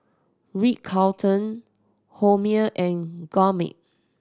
Ritz Carlton Hormel and Gourmet